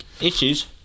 issues